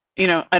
you know, ah